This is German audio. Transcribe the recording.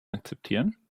akzeptieren